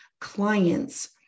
clients